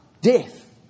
death